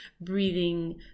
breathing